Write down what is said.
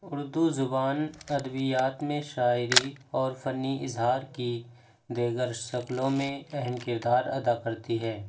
اردو زبان ادبیات میں شاعری اور فنّی اظہار كی دیگر ش كلوں میں اہم کردار ادا کرتی ہے